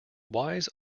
wise